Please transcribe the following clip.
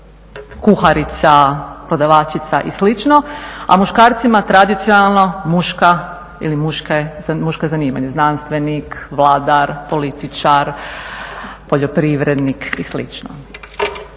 kuharica, prodavačica i slično, a muškarcima tradicionalno muška ili muške zanimanja znanstvenik, vladar, političar, poljoprivrednik i